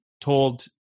told